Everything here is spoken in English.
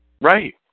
Right